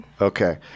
Okay